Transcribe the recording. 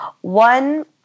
one